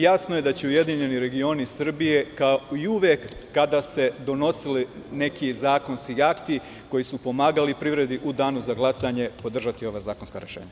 Jasno je da će URS, kao i uvek kada se donose neki zakonski akti koji su pomagali privredi, u danu za glasanje podržati ova zakonska rešenja.